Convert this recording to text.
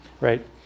right